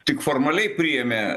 tik formaliai priėmė